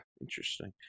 Interesting